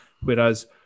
Whereas